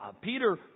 Peter